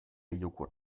joghurt